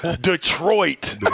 Detroit